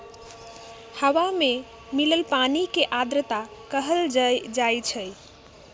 हवा में मिलल पानी के आर्द्रता कहल जाई छई